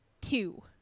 Two